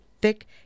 thick